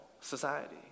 society